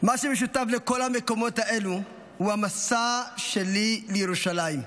מה שמשותף לכל המקומות האלה הוא המסע שלי לירושלים,